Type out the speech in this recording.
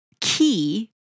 key